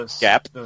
gap